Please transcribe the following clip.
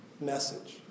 message